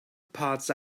parts